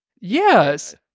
yes